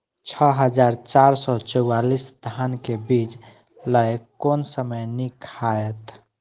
छः हजार चार सौ चव्वालीस धान के बीज लय कोन समय निक हायत?